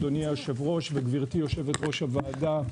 אדוני היושב-ראש, וגברתי יושבת-ראש הוועדה.